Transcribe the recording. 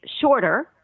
shorter